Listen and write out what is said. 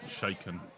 shaken